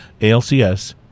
ALCS—